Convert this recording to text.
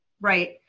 Right